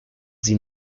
sie